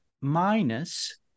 minus